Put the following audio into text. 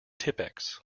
tippex